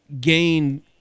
gain